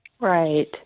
Right